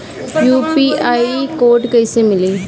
UPI code कैसे मिली?